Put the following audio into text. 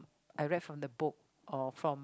I read from the book or from